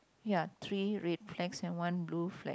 ya three red flags and one blue flag